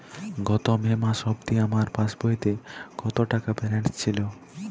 গত মে মাস অবধি আমার পাসবইতে কত টাকা ব্যালেন্স ছিল?